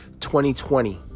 2020